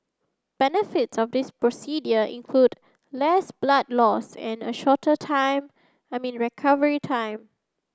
benefits of this include less blood loss and a shorter time recovery time